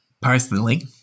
Personally